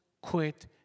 quit